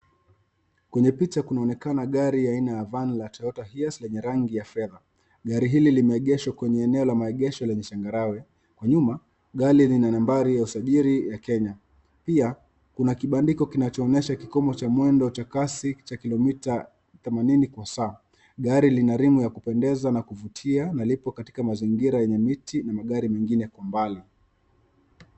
Kwenye picha kunaonekana gari ya aina ya Van la Toyota Hiace lenye rangi ya fedha. Gari hili limeegeshea kwenye eneo la maegesho lenye changarawe. Kwa nyuma, gari lina nambari ya usajili ya Kenya pia kuna kibandiko kinachoonyesha kikomo cha mwendo cha kasi cha kilomita themanini kwa saa. Gari lina rimu ya kupendeza na kuvutia na lipo katika mazingira yenye miti na magari mengine kwa mbali.